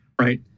right